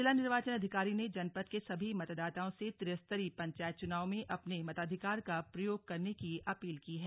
जिला निर्वाचन अधिकारी ने जनपद के सभी मतदाताओं से त्रिस्तरीय पंचायत चुनाव में अपने मताधिकार का प्रयोग करने की अपील की है